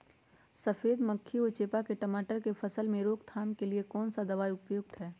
सफेद मक्खी व चेपा की टमाटर की फसल में रोकथाम के लिए कौन सा दवा उपयुक्त है?